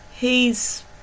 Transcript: He's